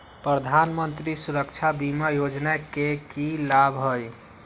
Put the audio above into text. प्रधानमंत्री सुरक्षा बीमा योजना के की लाभ हई?